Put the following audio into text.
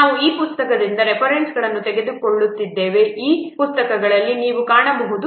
ನಾವು ಈ ಪುಸ್ತಕಗಳಿಂದ ರೆಫರೆನ್ಸ್ಗಳನ್ನು ತೆಗೆದುಕೊಂಡಿದ್ದೇವೆ ಈ ಪುಸ್ತಕಗಳಲ್ಲಿ ನೀವು ಕಾಣಬಹುದು